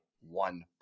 one